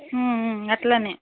అలానే